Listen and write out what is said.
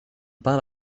parle